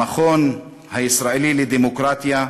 המכון הישראלי לדמוקרטיה,